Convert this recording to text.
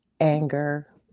anger